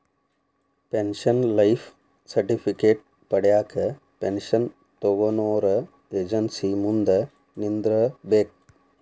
pension life certificate ಪಡ್ಯಾಕ pension ತೊಗೊನೊರ agency ಮುಂದ ನಿಂದ್ರಬೇಕ್